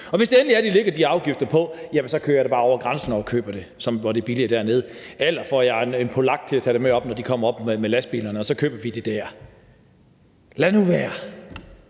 Og hvis det endelig er, at de lægger de afgifter på kød, så kører jeg da bare over grænsen og køber det, da det er billigere dernede. Eller også får jeg en polak til at tage det med, når de kommer herop med lastbilerne – og så køber vi det der. Lad nu være.